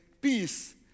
peace